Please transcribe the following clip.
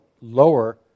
lower